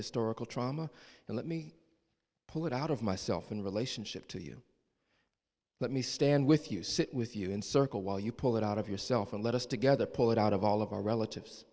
historical trauma and let me pull it out of myself in relationship to you let me stand with you sit with you in circle while you pull it out of yourself and let us together pull it out of all of our relatives